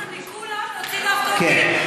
בחרת מכולם להוציא דווקא אותי?